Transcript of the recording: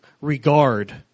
regard